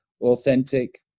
authentic